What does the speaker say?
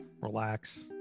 relax